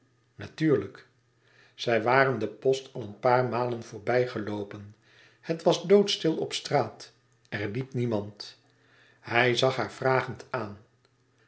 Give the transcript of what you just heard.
zij waren de post al een paar malen voorbijgeloopen het was doodstil op straat er liep niemand hij zag haar vragend aan